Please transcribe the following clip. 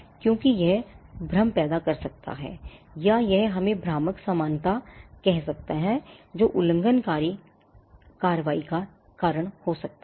क्योंकि यह भ्रम पैदा कर सकता है या हम इसे भ्रामक समानता कह सकते हैं और जो उल्लंघनकारी कार्रवाई का कारण हो सकता है